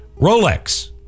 Rolex